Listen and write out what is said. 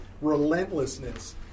relentlessness